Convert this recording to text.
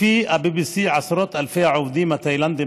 לפי ה-BBC עשרות אלפי העובדים התאילנדים